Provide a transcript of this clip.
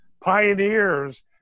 pioneers